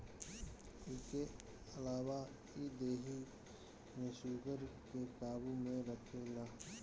इके अलावा इ देहि में शुगर के काबू में रखेला